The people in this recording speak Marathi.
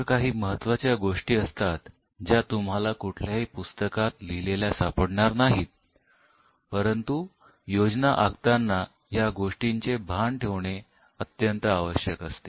तर काही महत्त्वाच्या गोष्टी असतात ज्या तुम्हाला कुठल्याही पुस्तकात लिहिलेल्या सापडणार नाहीत परंतु योजना आखताना या गोष्टींचे भान ठेवणे आवश्यक असते